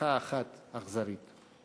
באבחה אחת אכזרית.